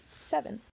seven